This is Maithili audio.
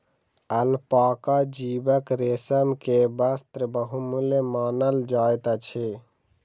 अलपाका जीवक रेशम के वस्त्र बहुमूल्य मानल जाइत अछि